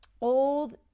old